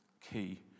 key